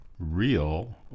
real